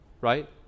right